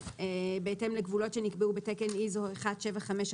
בהתאם לגבולות שנקבעו בתקן ISO 17516;